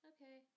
Okay